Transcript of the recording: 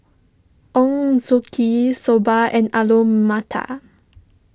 Ochazuke Soba and Alu Matar